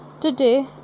Today